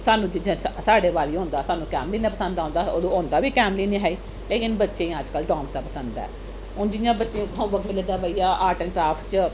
सानूं चीजा साढ़े बारी होंदा सानूं कैमलिन दा पसंद औंदा हा अदूं होंदा बी कैमलिन गै हा ही लेकन बच्चें गी अजकल्ल डाम्स दा पसंद ऐ हून जि'यां बच्चें गी होमबर्क मिले दा ऐ भाई आ आर्ट ऐंड क्राफ्ट च